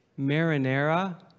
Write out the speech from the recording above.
marinara